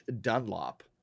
Dunlop